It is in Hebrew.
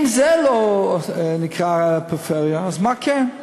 אם זה לא נקרא פריפריה, אז מה כן?